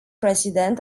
president